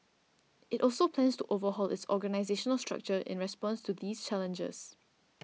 it also plans to overhaul its organisational structure in response to these challenges